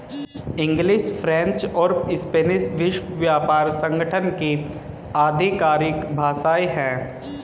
English, French और Spanish विश्व व्यापार संगठन की आधिकारिक भाषाएं है